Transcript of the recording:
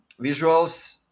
visuals